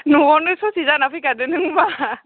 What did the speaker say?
न'आवनो ससे जाना फैखादो नों होमबा